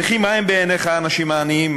וכי מה הם בעיניך האנשים העניים,